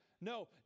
no